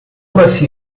nasci